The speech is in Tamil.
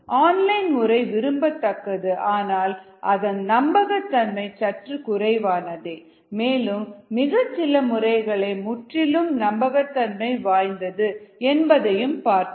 ஆன்லைன் முறை விரும்பத்தக்கது ஆனால் அதன் நம்பகத்தன்மை சற்று குறைவானதே மேலும் மிகச்சில முறைகளே முற்றிலும் நம்பகத்தன்மை வாய்ந்தது என்பதையும் பார்த்தோம்